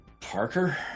parker